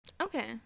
Okay